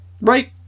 Right